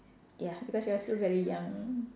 ya because you are still very young